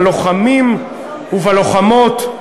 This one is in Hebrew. בלוחמים ובלוחמות,